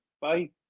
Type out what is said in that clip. Bye